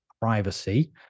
privacy